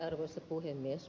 arvoisa puhemies